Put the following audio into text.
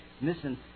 Listen